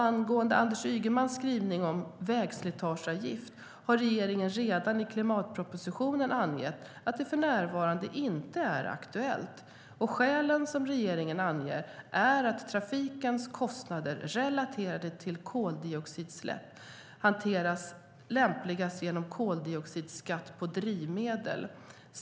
Angående Anders Ygemans skrivning om vägslitageavgift har regeringen redan i klimatpropositionen angett att det för närvarande inte är aktuellt. Skälen som regeringen anger är att trafikens kostnader relaterade till koldioxidutsläpp hanteras lämpligast genom koldioxidskatt på drivmedel.